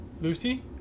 Lucy